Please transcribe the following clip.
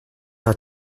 are